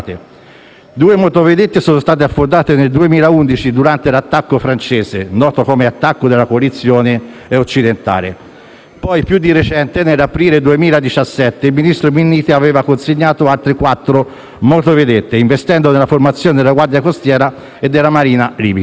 Due motovedette sono state affondate nel 2011, durante l'attacco francese (noto come attacco della coalizione occidentale). Poi, più di recente, nell'aprile 2017, il ministro Minniti aveva consegnato altre quattro motovedette, investendo nella formazione della Guardia costiera e della Marina libica.